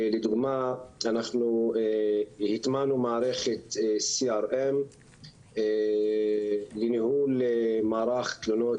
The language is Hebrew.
לדוגמה הטמענו מערכת CRM לניהול מערך תלונות